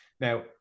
Now